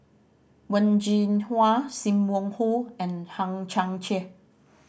Wen Jinhua Sim Wong Hoo and Hang Chang Chieh